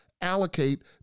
allocate